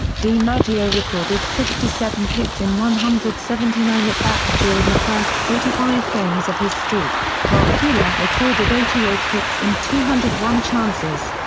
dimaggio recorded sixty seven hits in one hundred seventy nine at-bats during the first forty five games of his streak, while keeler recorded eighty eight hits in two hundred and one chances.